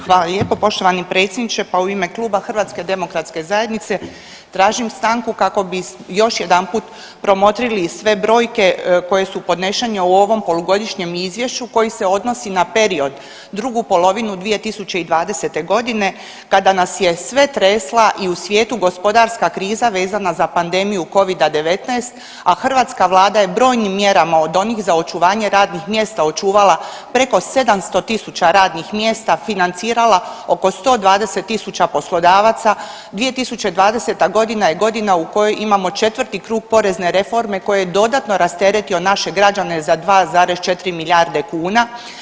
Hvala lijepo poštovani predsjedniče, pa u ime Kluba HDZ-a tražim stanku kako bi još jedanput promotrili i sve brojke koje su podnešenje u ovom Polugodišnjem izvješću koji se odnosi na period drugu polovinu 2020. g. kada nas je sve tresla i u svijetu gospodarska kriza vezana za pandemiju Covida-19, a hrvatska Vlada je brojnim mjerama, od onih za očuvanje radnih mjesta očuvala preko 700 tisuća radnih mjesta, financirala oko 120 tisuća poslodavaca, 2020. g. je godina u kojoj imamo 4. krug porezne reforme koji je dodatno rasteretio naše građane za 2,4 milijarde kuna.